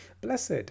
Blessed